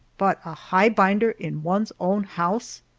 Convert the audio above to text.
but a highbinder in one's own house!